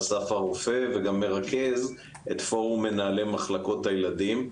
אסף הרופא וגם מרכז את פורום מנהלי מחלקות הילדים.